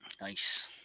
Nice